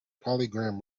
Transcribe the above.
polygram